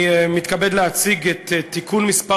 אני מתכבד להציג את תיקון מס'